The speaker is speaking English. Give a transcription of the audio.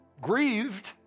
grieved